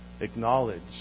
acknowledge